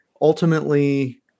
ultimately